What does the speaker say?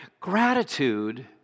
Gratitude